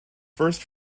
first